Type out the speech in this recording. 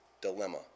dilemma